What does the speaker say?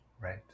Right